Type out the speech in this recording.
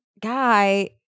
guy